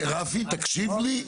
רפי, תקשיב לי.